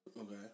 Okay